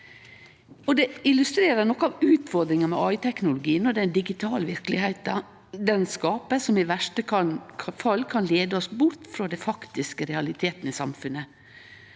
Det illustrerer noko av utfordringa med KI-teknologi når den digitale verkelegheita han skaper, i verste fall kan leie oss bort frå dei faktiske realitetane i samfunnet.